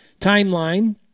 timeline